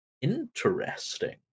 interesting